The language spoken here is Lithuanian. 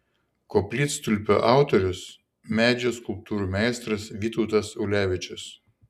koplytstulpio autorius medžio skulptūrų meistras vytautas ulevičius